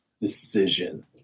decision